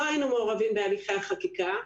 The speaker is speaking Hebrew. לא היינו מעורבים בהליכי החקיקה.